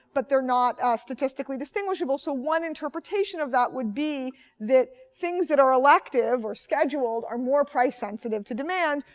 but they're not ah statistically distinguishable. so one interpretation of that would be that things that are elective or scheduled are more price sensitive to demand,